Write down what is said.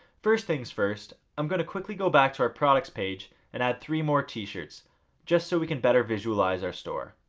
first things first, i'm going to quickly go back to our products page and add three more t-shirts just so we can better visualize our store.